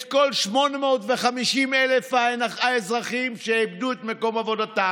את כל 850,000 האזרחים שאיבדו את מקום עבודתם,